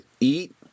Eat